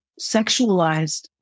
sexualized